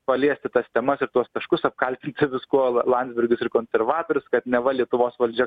paliesti tas temas ir tuos taškus apkaltinti viskuo la landsbergius ir konservatorius kad neva lietuvos valdžia